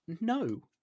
No